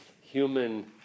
human